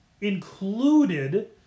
included